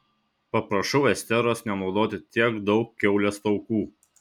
paprašau esteros nenaudoti tiek daug kiaulės taukų